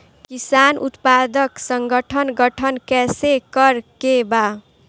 किसान उत्पादक संगठन गठन कैसे करके बा?